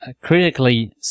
critically